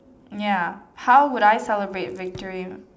ya how would I celebrate victory